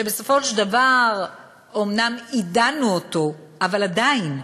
שבסופו של דבר אומנם עידנו אותו, אבל עדיין,